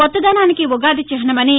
కొత్తదనానికి Ugadi చిహ్నమని